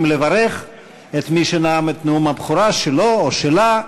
לברך את מי שנאם את נאום הבכורה שלו או שלה,